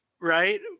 right